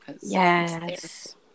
Yes